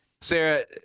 Sarah